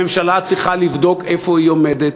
הממשלה צריכה לבדוק איפה היא עומדת.